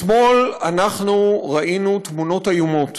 אתמול אנחנו ראינו תמונות איומות